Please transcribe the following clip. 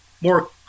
more